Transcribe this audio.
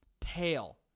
pale